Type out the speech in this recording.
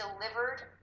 delivered